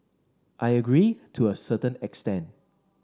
I agree to a certain extent